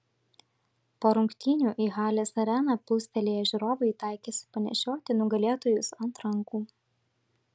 po rungtynių į halės areną plūstelėję žiūrovai taikėsi panešioti nugalėtojus ant rankų